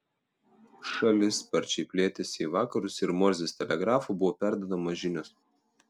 šalis sparčiai plėtėsi į vakarus ir morzės telegrafu buvo perduodamos žinios